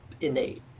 innate